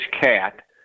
cat